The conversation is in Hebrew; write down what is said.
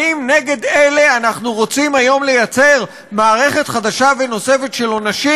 האם נגד אלה אנחנו רוצים היום ליצור מערכת חדשה ונוספת של עונשים?